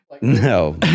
No